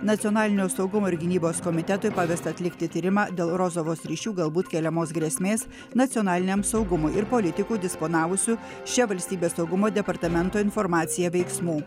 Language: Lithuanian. nacionalinio saugumo ir gynybos komitetui pavesta atlikti tyrimą dėl rozovos ryšių galbūt keliamos grėsmės nacionaliniam saugumui ir politikų disponavusių šia valstybės saugumo departamento informacija veiksmų